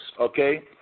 okay